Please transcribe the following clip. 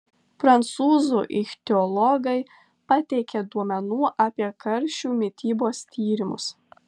prancūzų ichtiologai pateikė duomenų apie karšių mitybos tyrimus